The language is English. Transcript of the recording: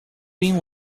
been